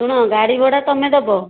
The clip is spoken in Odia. ଶୁଣ ଗାଡ଼ି ଭଡ଼ା ତୁମେ ଦେବ